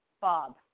Bob